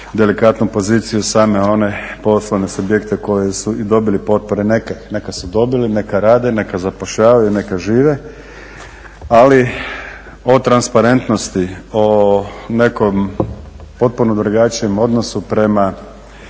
delikatnu poziciju same one poslovne subjekte koji su i dobili i potpore, neka ih, neka su dobili, neka rade, neka zapošljavaju i neka žive, ali o transparentnosti, o nekom potpuno drugačijem odnosu prema